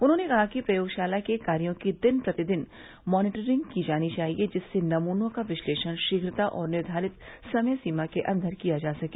उन्होंने कहा कि प्रयोगशाला के कार्यो की दिन प्रतिदिन मॉनीटरिंग की जानी चाहिए जिससे नमूनों का विश्लेषण शीघ्रता और निर्घारित समय सीमा के अन्दर किया जा सके